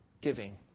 giving